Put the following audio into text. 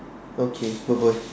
okay bye bye